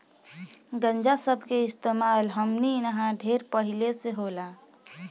गांजा सब के इस्तेमाल हमनी इन्हा ढेर पहिले से होला